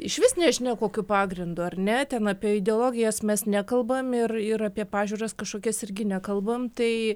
išvis nežinia kokiu pagrindu ar ne ten apie ideologijas mes nekalbam ir ir apie pažiūras kažkokias irgi nekalbam tai